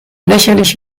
lächerlich